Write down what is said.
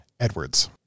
Edwards